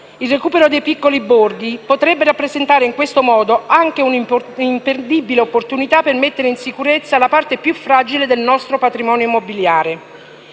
Il recupero dei piccoli borghi potrebbe rappresentare in questo modo anche un'imperdibile opportunità per mettere in sicurezza la parte più fragile del nostro patrimonio immobiliare.